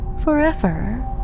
forever